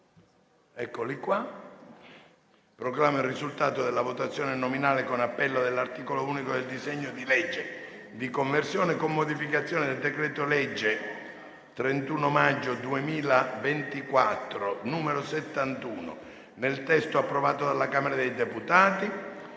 votazione. Proclamo il risultato della votazione nominale con appello dell'articolo unico del disegno di legge n. 1193, di conversione in legge, con modificazioni, del decreto-legge 31 maggio 2024, n. 71, nel testo approvato dalla Camera dei deputati,